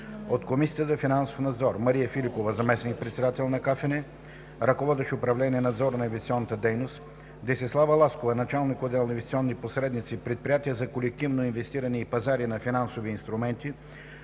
от Комисията за финансов надзор – Мария Филипова, заместник-председател на КФН, ръководещ управление „Надзор на инвестиционната дейност“, Десислава Ласкова – началник-отдел „Инвестиционни посредници, предприятия за колективно инвестиране и пазари на финансови инструменти“,